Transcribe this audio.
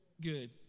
Good